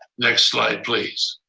next slide, please.